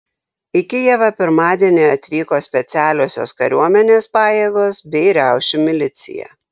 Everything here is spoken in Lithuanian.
į kijevą pirmadienį atvyko specialiosios kariuomenės pajėgos bei riaušių milicija